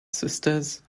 sisters